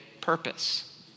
purpose